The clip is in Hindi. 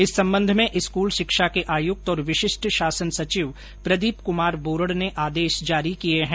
इस संबंध में स्कूल शिक्षा के आयुक्त और विशिष्ट शासन सचिव प्रदीप कुमार बोरड़ ने आदेश जारी किए हैं